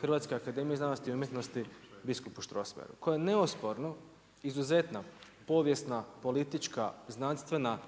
HAZU-a, biskupu Strossmayeru koji je neosporno izuzetna povijesna, politička, znanstvena,